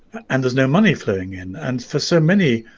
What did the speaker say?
and there's no money flowing in and for so many